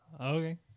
Okay